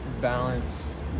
balance